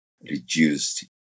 reduced